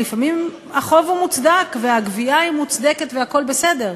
ולפעמים החוב הוא מוצדק והגבייה היא מוצדקת והכול בסדר,